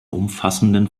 umfassenden